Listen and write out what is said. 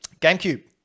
GameCube